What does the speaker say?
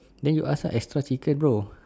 the you ask ah extra chicken bro